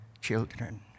children